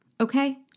okay